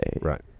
Right